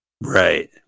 Right